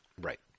Right